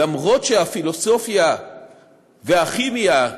אף שהפילוסופיה והכימיה,